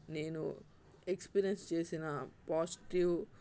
నేను ఎక్స్పీరియన్స్ చేసిన పాజిటివ్